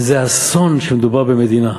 זה אסון כשמדובר במדינה.